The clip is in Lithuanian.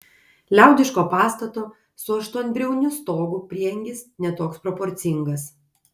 liaudiško pastato su aštuonbriauniu stogu prieangis ne toks proporcingas